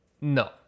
No